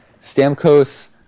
Stamkos